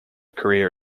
career